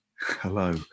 Hello